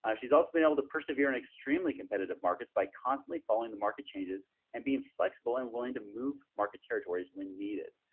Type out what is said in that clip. ah she's also been able to persevere an extremely competitive markets by constantly following the market changes and being flexible and willing to move market territories when needed.